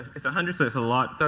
it's a hundred, so it's a lot.